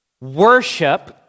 worship